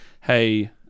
hey